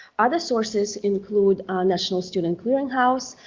other sources include national student clearinghouse,